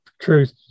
Truth